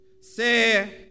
say